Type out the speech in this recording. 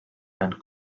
and